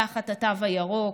תחת התו הירוק.